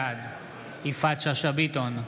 בעד יפעת שאשא ביטון,